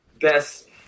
best